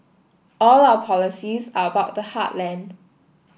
all our policies are about the heartland